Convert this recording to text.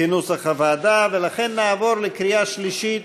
כנוסח הוועדה, ולכן נעבור לקריאה שלישית.